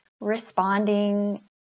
responding